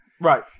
Right